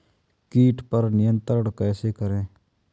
कीट पर नियंत्रण कैसे करें?